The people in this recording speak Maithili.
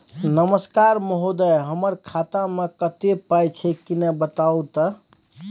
नमस्कार महोदय, हमर खाता मे कत्ते पाई छै किन्ने बताऊ त?